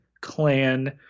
clan